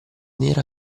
nero